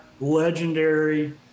legendary